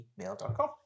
gmail.com